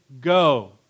go